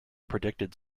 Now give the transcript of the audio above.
predicted